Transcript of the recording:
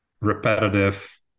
repetitive